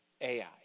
Ai